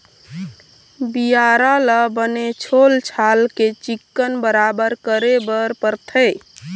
बियारा ल बने छोल छाल के चिक्कन बराबर करे बर परथे